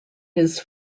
his